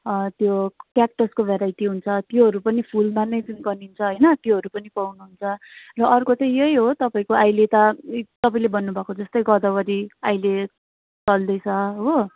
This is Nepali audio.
अँ त्यो क्याकटसको भेराइटी हुन्छ त्योहरू पनि फुलमा नै जुन गनिन्छ होइन त्योहरू पनि पाउनु हुन्छ र अर्को चाहिँ यहि हो तपाईँको अहिले त तपाईँले भन्नु भएको जस्तै गोदावरी अहिले चल्दै छ हो